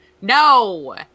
No